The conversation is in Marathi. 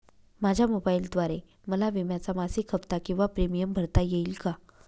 माझ्या मोबाईलद्वारे मला विम्याचा मासिक हफ्ता किंवा प्रीमियम भरता येईल का?